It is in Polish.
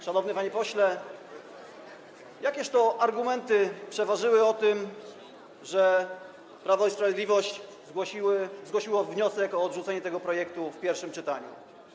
Szanowny panie pośle, jakież to argumenty przeważyły, że Prawo i Sprawiedliwość zgłosiło wniosek o odrzucenie tego projektu w pierwszym czytaniu?